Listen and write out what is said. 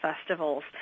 festivals